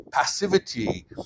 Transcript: passivity